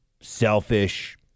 selfish